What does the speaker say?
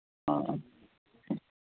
ꯑꯥ ꯑꯥ